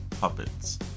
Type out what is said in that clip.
puppets